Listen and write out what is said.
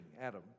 Adam